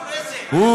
על דני דנון?